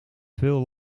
veel